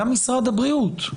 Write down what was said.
גם משרד הבריאות,